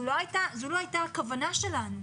זאת לא הייתה הכוונה שלנו.